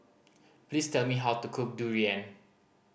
please tell me how to cook durian